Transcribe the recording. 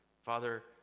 Father